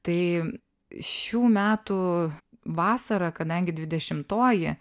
tai šių metų vasarą kadangi dvidešimtoji